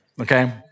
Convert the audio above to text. Okay